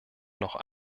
noch